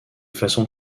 façon